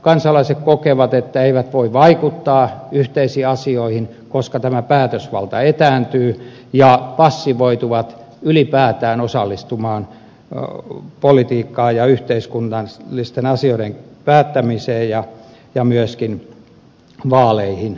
kansalaiset kokevat että eivät voi vaikuttaa yhteisiin asioihin koska tämä päätösvalta etääntyy ja passivoituvat ylipäätään osallistumaan politiikkaan ja yhteiskunnallisten asioiden päättämiseen ja myöskin vaaleihin